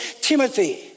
Timothy